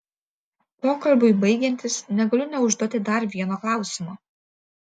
pokalbiui baigiantis negaliu neužduoti dar vieno klausimo